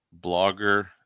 blogger